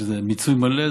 שזה מיצוי מלא,